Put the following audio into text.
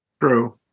True